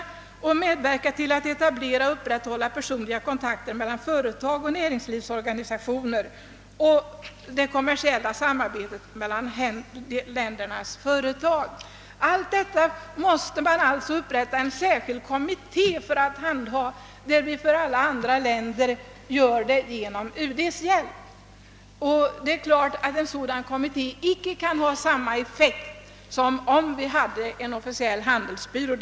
Kommittén skall vidare medverka till att etablera och upprätthålla personliga kontakter mellan företag och näringslivsorganisationer och att främja det teknisk-vetenskapliga och kommersiella samarbetet mellan ländernas företag.» Man måste alltså upprätta en särskild kommitté för att handha allt detta när det gäller handeln med Östtyskland, medan vi i fråga om alla andra länder klarar oss med UD:s hjälp. Givetvis kan dock en sådan kommitté icke ha samma effekt som en officiell handelsbyrå.